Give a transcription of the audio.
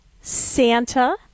Santa